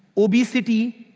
obesity,